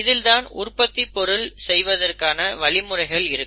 இதில் தான் உற்பத்தி பொருள் செய்வதற்கான வழிமுறைகள் இருக்கும்